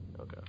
Okay